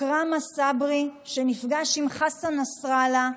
עכרמה צברי, שנפגש עם חסן נסראללה,